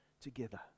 together